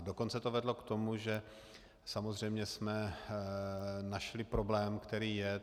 Dokonce to vedlo k tomu, že samozřejmě jsme našli problém, který je.